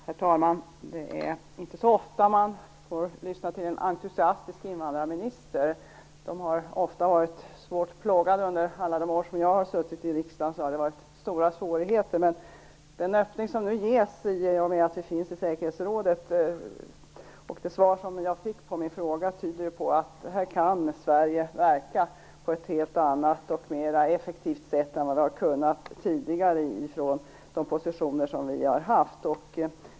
Herr talman! Det är inte så ofta man får lyssna till en entusiastisk invandrarminister. De har ofta varit svårt plågade, och under alla de år som jag har suttit i riksdagen har det varit stora svårigheter. Men både den öppning som nu ges i och med att vi finns i säkerhetsrådet och det svar jag fick på min fråga tyder på att Sverige här kan verka på ett helt annat och mer effektivt sätt än vi har kunnat tidigare från de positioner som vi har haft.